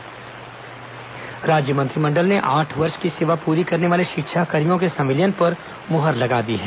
शिक्षाकर्मी संविलियन राज्य मंत्रिमंडल ने आठ वर्ष की सेवा पूरी करने वाले शिक्षाकर्मियों के संविलियन पर मुहर लगा दी है